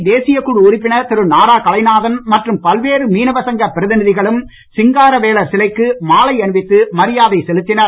CBI தேசியக் குழு உறுப்பினர் திரு நாராகலைநாதன் மற்றும் பல்வேறு மீனவ சங்க பிரதிநிதிகளும் சிங்காரவேலர் சிலைக்கு மாலை அணிவித்து மரியாதை செலுத்தினர்